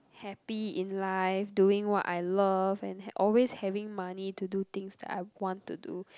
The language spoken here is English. happy in life doing what I love and ha~ always having money to do things that I want to do